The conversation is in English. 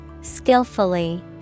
skillfully